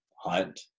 hunt